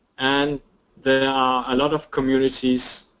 and there are a lot of communities